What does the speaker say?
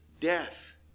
death